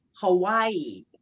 Hawaii